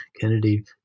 Kennedy